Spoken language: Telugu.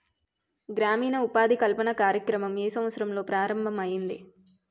గ్రామీణ ఉపాధి కల్పన కార్యక్రమం ఏ సంవత్సరంలో ప్రారంభం ఐయ్యింది?